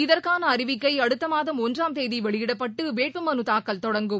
இதற்கான அறிவிக்கை அடுத்த மாதம் ஒன்றாம் தேதி வெளியிடப்பட்டு வேட்பு மறைதாக்கல் தொடங்கும்